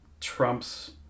Trump's